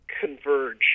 converge